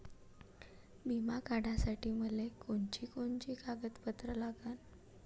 बिमा काढासाठी मले कोनची कोनची कागदपत्र लागन?